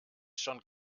schon